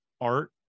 art